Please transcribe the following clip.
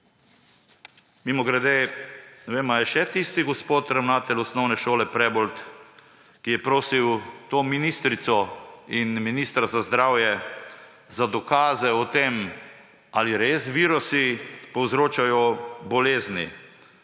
Mimogrede, ne vem, ali je še tisti gospod ravnatelj Osnovne šole Prebold, ki je prosil to ministrico in ministra za zdravje za dokaze o tem, ali res virusi povzročajo bolezni,